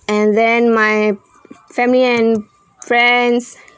and then my family and friends